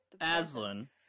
Aslan